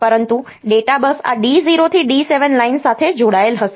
પરંતુ data bus આ D0 થી D7 લાઇન સાથે જોડાયેલ હશે